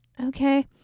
Okay